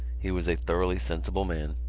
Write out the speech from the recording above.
he was a thoroughly sensible man,